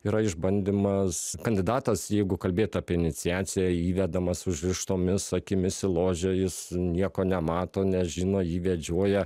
yra išbandymas kandidatas jeigu kalbėt apie iniciaciją įvedamas užrištomis akimis į ložę jis nieko nemato nežino jį vedžioja